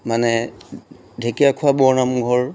মানে ঢেকীয়াখোৱা বৰনামঘৰ